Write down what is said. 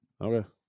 Okay